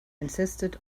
insisted